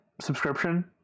subscription